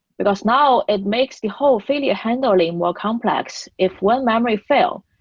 because now it makes the whole failure handling more complex. if one memory fail,